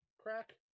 crack